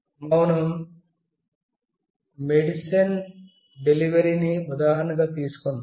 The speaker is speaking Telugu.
మనం ఔషధ డెలివరీని ఉదాహరణగా తీసుకుందాం